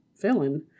villain